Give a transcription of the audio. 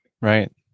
Right